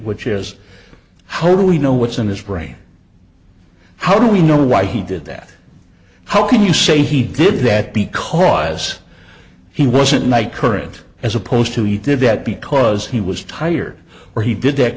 which is how do we know what's in his brain how do we know why he did that how can you say he did that because he wasn't my current as opposed to you did that because he was tired or he did that